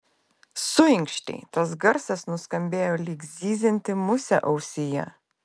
suinkštei tas garsas nuskambėjo lyg zyzianti musė ausyje